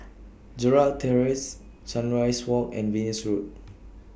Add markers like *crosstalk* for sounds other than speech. *noise* Gerald Terrace Sunrise Walk and Venus Road